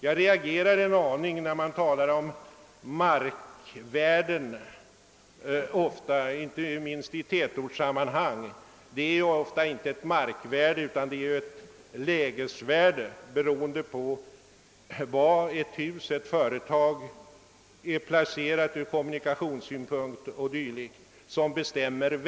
Jag reagerar en aning när man talar om markvärden, inte minst i tätortssammanhang. Det är ofta inte fråga om ett markvärde utan om ett lägesvärde, beroende på var ett hus eller ett företag är beläget ur kommunikationssynpunkt och dylikt.